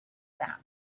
that